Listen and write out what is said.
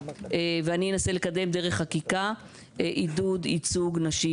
ואני אנסה לקדם דרך חקיקה עידוד ייצוג נשים